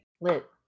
Lit